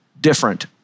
different